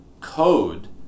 code